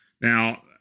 now